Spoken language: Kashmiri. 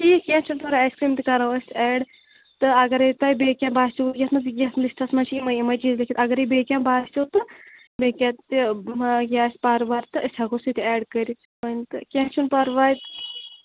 ٹھیٖک کیٚنٛہہ چھُنہٕ پرواے آیِس کرٛیٖم تہِ کَرو أسۍ اٮ۪ڈ تہٕ اگَرَے تۄہہِ بیٚیہِ کیٚنٛہہ باسیو یَتھ منٛز یَتھ لِسٹَس منٛز چھِ یِمَے یِمَے چیٖز لیٚکھِتھ اگَرَے بیٚیہِ کیٚنٛہہ باسیو تہٕ بیٚیہِ کیٚنٛہہ تہِ یہِ آسہِ پَرٕ وَرٕ تہٕ أسۍ ہٮ۪کو سُہ تہِ اٮ۪ڈ کٔرِتھ وۄنۍ تہٕ کیٚنٛہہ چھُنہٕ پَرواے